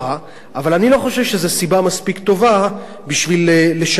אבל אני לא חושב שזה סיבה מספיק טובה בשביל לשנות חוק.